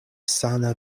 sana